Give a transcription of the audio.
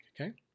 okay